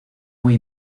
muy